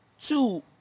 two